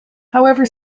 however